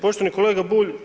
Poštovani kolega Bulj.